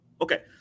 Okay